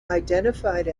identified